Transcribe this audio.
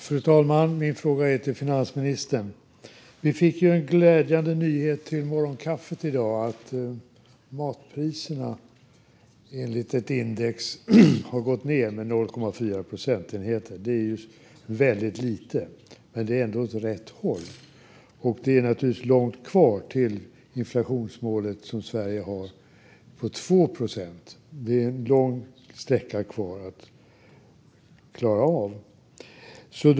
Fru talman! Min fråga går till finansministern. Vi fick en glädjande nyhet till morgonkaffet i dag, nämligen att matpriserna enligt ett index har gått ned med 0,4 procentenheter. Det är väldigt lite, men det är ändå åt rätt håll. Det är naturligtvis långt kvar till det inflationsmål Sverige har om 2 procent. Det är en lång sträcka kvar att klara av.